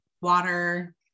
water